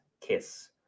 kiss